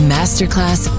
Masterclass